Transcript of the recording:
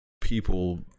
people